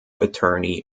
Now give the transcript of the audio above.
attorney